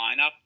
lineup